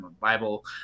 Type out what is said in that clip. Bible